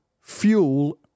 fuel